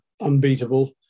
unbeatable